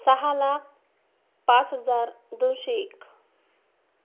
सहा लाख पाच हजार दोनशे एक